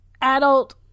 adult